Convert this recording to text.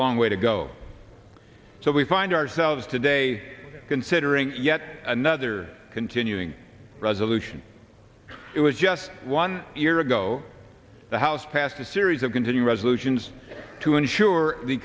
long way to go so we find ourselves today considering yet another continuing resolution it was just one year ago the house passed a series of continuing resolutions to ensure the